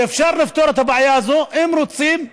ואפשר לפתור את הבעיה הזאת, אם רוצים.